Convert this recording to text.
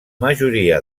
majoria